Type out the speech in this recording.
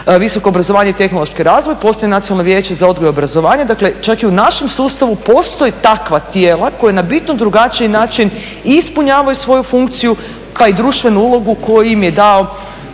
visoko obrazovanje i tehnološki razvoj, postoji Nacionalno vijeće za odgoj i obrazovanje, dakle čak i u našem sustavu postoji takva tijela koja na bitno drugačiji način ispunjavaju svoju funkciji pa i društvenu ulogu koju im je dao